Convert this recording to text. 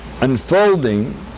unfolding